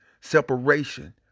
separation